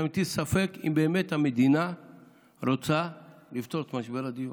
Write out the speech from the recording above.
שאני מטיל ספק אם באמת המדינה רוצה לפתור את משבר הדיור,